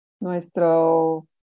nuestro